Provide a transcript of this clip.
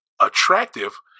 attractive